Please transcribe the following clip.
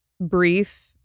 brief